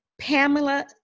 Pamela